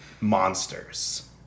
monsters